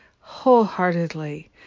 wholeheartedly